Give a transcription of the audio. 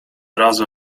razu